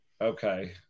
Okay